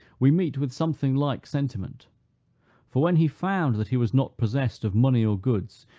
we meet with something like sentiment for when he found that he was not possessed of money or goods,